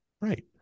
Right